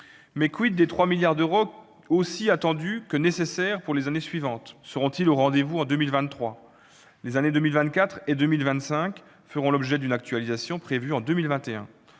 Mais des 3 milliards d'euros aussi attendus que nécessaires pour les années suivantes ? Seront-ils au rendez-vous en 2023 ? Les années 2024 et 2025 feront l'objet d'une actualisation prévue en 2021.